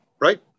right